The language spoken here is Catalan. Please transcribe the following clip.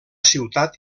ciutat